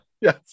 yes